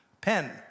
pen